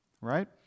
right